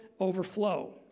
overflow